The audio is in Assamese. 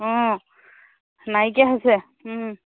অঁ নাইকিয়া হৈছে